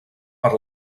per